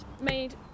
made-